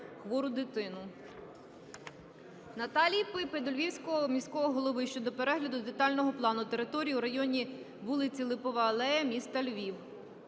Наталії Піпи до Львівського міського голови щодо перегляду детального плану території у районі вулиці Липова Алея, міста Львів.